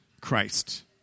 Christ